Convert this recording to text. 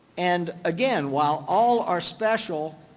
and again, while all are special,